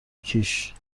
کیش